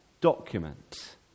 document